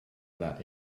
that